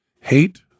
Hate